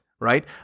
right